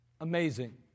amazing